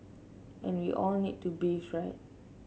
and we all need to bathe right